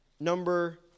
number